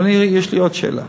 אבל יש לי עוד שאלה: